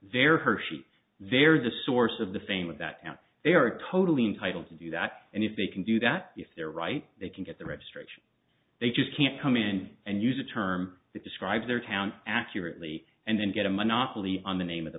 very hershey there's a source of the fame with that counts they are totally entitled to do that and if they can do that if they're right they can get the registration they just can't come in and use a term that describes their town accurately and then get a monopoly on the name of the